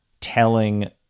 telling